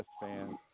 fans